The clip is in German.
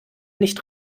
nicht